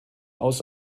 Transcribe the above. aus